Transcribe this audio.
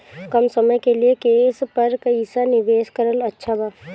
कम समय के लिए केस पर पईसा निवेश करल अच्छा बा?